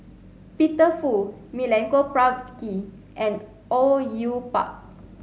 Peter Fu Milenko Prvacki and Au Yue Pak